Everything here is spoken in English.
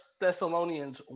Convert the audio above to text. Thessalonians